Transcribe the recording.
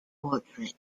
portrait